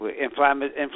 Inflammation